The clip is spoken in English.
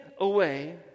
away